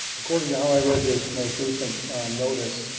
according to how i read this most recent notice,